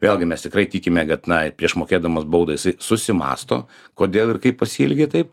vėlgi mes tikrai tikime kad na prieš mokėdamas baudą jisai susimąsto kodėl ir kaip pasielgė taip